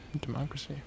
democracy